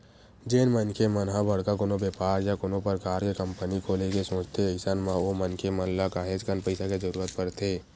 जेन मनखे मन ह बड़का कोनो बेपार या कोनो परकार के कंपनी खोले के सोचथे अइसन म ओ मनखे मन ल काहेच कन पइसा के जरुरत परथे